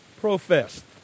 professed